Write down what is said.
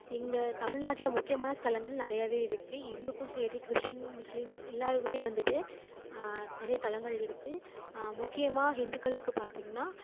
இங்கே தமிழ் நாட்டில் முக்கியமான ஸ்தலங்கள் நிறையவே இருக்குது இந்துக்கும் சரி கிறிஸ்டின் முஸிலீம்ஸ் எல்லாேருக்குமே வந்துட்டு நிறைய தலங்கள் இருக்குது முக்கியமாக ஹிந்துக்களுக்கு பார்த்தீங்கனா